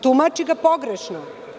Tumači ga pogrešno.